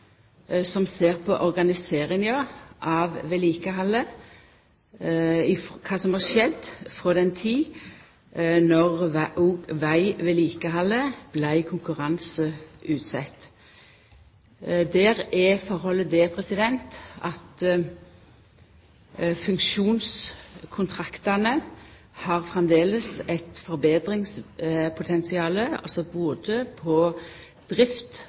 som ser på organiseringa av vedlikehaldet – kva som har skjedd frå den tida då vegvedlikehaldet vart konkurranseutsett. Der er forholdet at funksjonskontraktane framleis har eit forbetringspotensial når det gjeld både drift